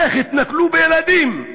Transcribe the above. איך התנכלו לילדים.